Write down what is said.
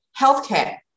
healthcare